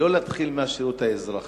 ולא להתחיל מהשירות האזרחי.